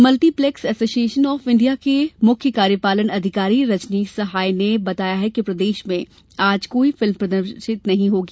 multiplex association of India के मुख्य कार्यपालन अधिकारी रजनीश सहाय ने बताया कि प्रदेश में आज कोई फिल्म प्रदर्शित नही होगी